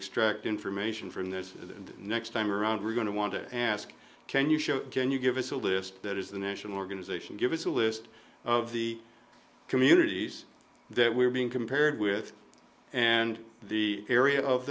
extract information from this and next time around we're going to want to ask can you show can you give us a list that is the national organization give us a list of the communities that we're being compared with and the area of